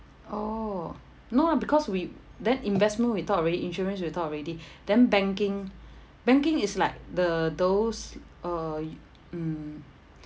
oh no lah because we then investment we talk already insurance we talk already then banking banking is like the those uh y~ mm